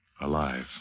alive